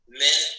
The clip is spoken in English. men